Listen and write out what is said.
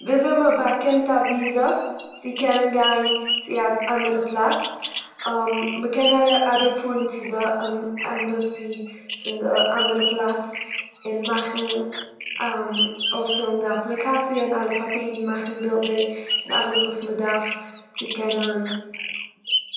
וויזוי מ'באקומט א וויזע צו קענען גיין צו א וו- אנדערע פלאץ. מ'קען אראפפארן צו די עמבעסי פון די אנדערע פלאץ און מאכן- אויספילן א אפליקאציע און מאכן בילדער- אלעס וואס מ'דארף צו קענען